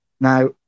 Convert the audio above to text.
Now